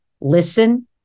listen